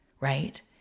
right